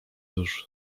już